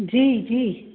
जी जी